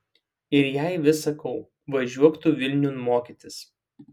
ir jai vis sakau važiuok tu vilniun mokytis